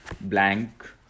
blank